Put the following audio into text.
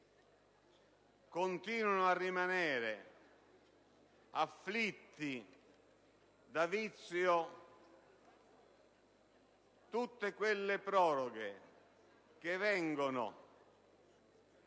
Continuano a rimanere afflitte da vizio tutte quelle proroghe che vengono